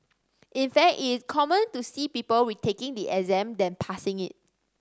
in fact it is common to see people retaking the exam than passing it